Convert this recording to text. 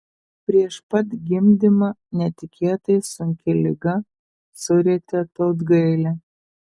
prieš pat gimdymą netikėtai sunki liga surietė tautgailę